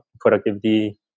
productivity